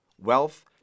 wealth